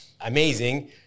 amazing